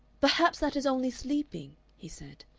perhaps that is only sleeping, he said.